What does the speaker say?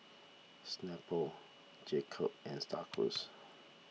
Snapple Jacob's and Star Cruise